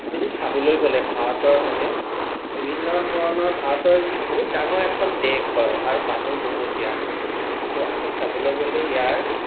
আমি যে চাবলৈ গ'লে ভাৰতৰ মানে বিভিন্ন ধৰণৰ ভাৰতৰ বহুত ডাঙৰ এখন দেশ হয় আৰু মানুহ বহুত ইয়াৰ তো আমি চাবলৈ গ'লে ইয়াৰ